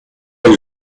area